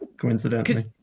coincidentally